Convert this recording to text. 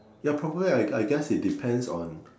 ya probably I I guess it depends on